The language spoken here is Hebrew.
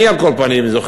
אני על כל פנים זוכר,